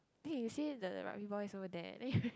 there you see the rugby boys over there